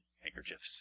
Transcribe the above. handkerchiefs